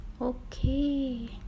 Okay